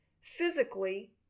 physically